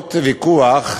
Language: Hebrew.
בעקבות ויכוח,